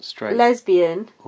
lesbian